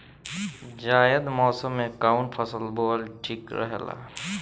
जायद मौसम में कउन फसल बोअल ठीक रहेला?